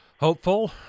Hopeful